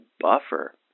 buffer